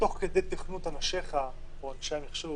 שתוך כדי תכנות אנשיך או אנשי המחשוב